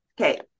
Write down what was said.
okay